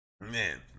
Man